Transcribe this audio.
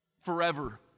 Forever